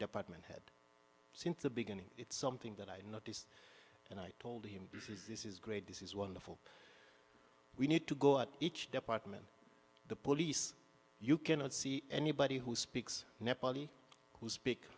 department head since the beginning it's something that i noticed and i told him this is great this is wonderful we need to go out each department the police you cannot see anybody who speaks who speak